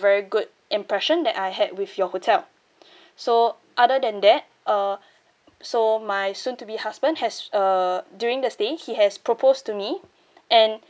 very good impression that I had with your hotel so other than that uh so my soon to be husband has uh during the stay he has proposed to me and